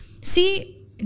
see